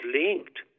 linked